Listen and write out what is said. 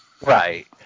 Right